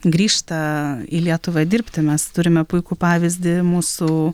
grįžta į lietuvą dirbti mes turime puikų pavyzdį mūsų